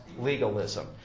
legalism